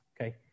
okay